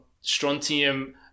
strontium